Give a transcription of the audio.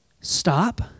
stop